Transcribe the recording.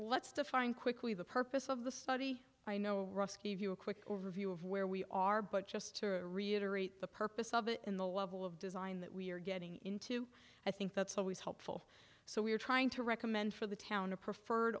let's define quickly the purpose of the study i know of you a quick overview of where we are but just to reiterate the purpose of it in the level of design that we are getting into i think that's always helpful so we're trying to recommend for the town a preferred